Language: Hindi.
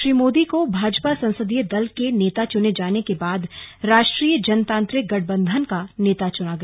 श्री मोदी के भाजपा संसदीय दल के नेता चुने जाने के बाद राष्ट्रीय जनतांत्रिक गठबंधन का नेता चुना गया